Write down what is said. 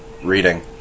reading